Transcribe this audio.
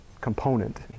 component